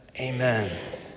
amen